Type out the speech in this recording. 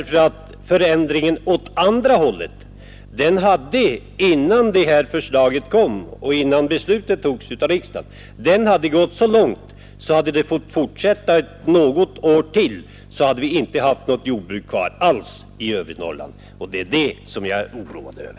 Förändringen åt andra hållet hade, innan det här beslutet togs av riksdagen, gått så långt att hade den fått fortsätta något år till, hade vi inte haft något jordbruk kvar alls i övre Norrland, och det är risken för den utvecklingen som jag är oroad över.